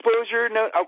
exposure